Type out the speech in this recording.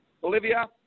Bolivia